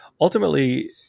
ultimately